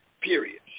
period